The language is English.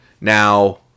Now